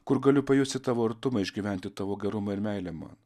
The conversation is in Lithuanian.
kur galiu pajusti tavo artumą išgyventi tavo gerumą ir meilę man